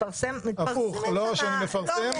לא שאני מפרסם.